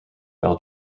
belle